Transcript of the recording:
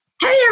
hey